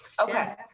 Okay